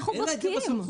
אין לה את זה בסמכות.